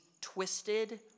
twisted